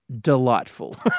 delightful